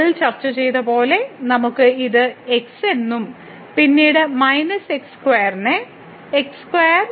മുകളിൽ ചർച്ച ചെയ്തതുപോലെ നമുക്ക് ഇത് എന്നും പിന്നീട് 2 നെ x2